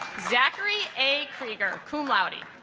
zachary a krieger cloudy